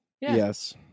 yes